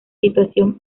situación